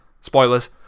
Spoilers